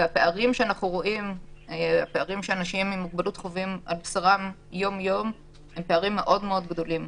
והפערים שאנשים עם מוגבלות חווים על בשרם יום-יום הם מאוד גדולים.